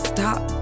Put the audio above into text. Stop